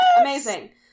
Amazing